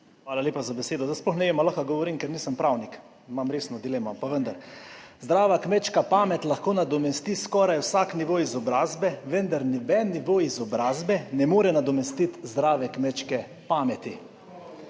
Hvala lepa za besedo. Zdaj sploh ne vem, ali lahko govorim, ker nisem pravnik. Imam resno dilemo, pa vendar. Zdrava kmečka pamet lahko nadomesti skoraj vsak nivo izobrazbe, vendar noben nivo izobrazbe ne more nadomestiti zdrave kmečke pameti.